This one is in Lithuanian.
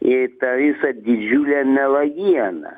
į tą visą didžiulę melegieną